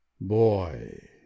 Boy